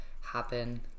happen